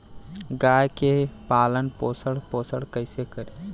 गाय के पालन पोषण पोषण कैसे करी?